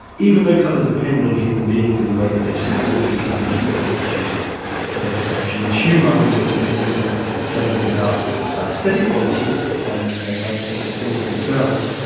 even though colours depend on human beings and the way that they just happen to be contingently constituted for their perception. and hume argues that we can think of judgments about aesthetic qualities and and by extension taste and smells,